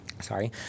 sorry